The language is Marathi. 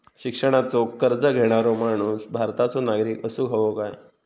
शिक्षणाचो कर्ज घेणारो माणूस भारताचो नागरिक असूक हवो काय?